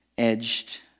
edged